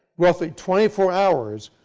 roughly twenty-four hours,